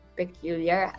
peculiar